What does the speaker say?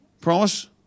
Promise